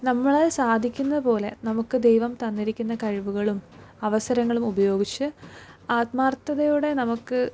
നമ്മളാൽ സാധിക്കുന്നതുപോലെ നമുക്ക് ദൈവം തന്നിരിക്കുന്ന കഴിവുകളും അവസരങ്ങളും ഉപയോഗിച്ച് ആത്മാർത്ഥതയോടെ നമുക്ക്